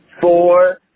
four